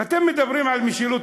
ואתם מדברים על משילות?